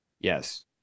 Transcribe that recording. Yes